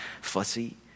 fussy